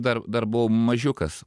dar dar buvau mažiukas